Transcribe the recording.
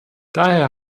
daher